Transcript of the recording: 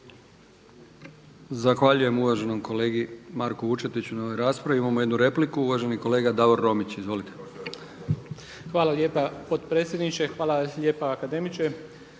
Zahvaljujem uvaženom kolegi Marku Vučetiću na ovoj raspravi. Imamo jednu repliku, uvaženi kolega Davor Romić. Izvolite. **Romić, Davor (MOST)** Hvala lijepa potpredsjedniče. Hvala lijepa akademiče.